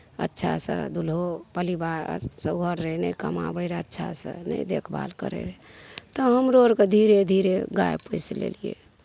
अच्छासे दुल्हो परिवार नहि कमाबै रहै अच्छासे नहि देखभाल करै रहै तऽ हमरो आओरके धीरे धीरे गाइ पोसि लेलिए